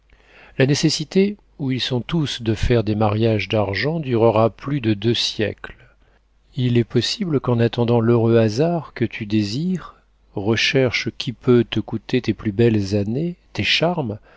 la nécessité où ils sont tous de faire des mariages d'argent durera plus de deux siècles il est possible qu'en attendant l'heureux hasard que tu désires recherche qui peut te coûter tes plus belles années tes charmes